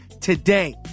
today